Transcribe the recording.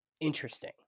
interesting